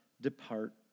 depart